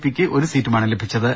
പിക്ക് ഒരുസീറ്റുമാണ് ലഭിച്ചത്